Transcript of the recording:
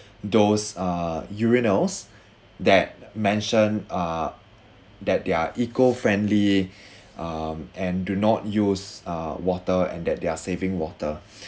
those uh urinals that mention uh that they're eco friendly um and do not use uh water and that they're saving water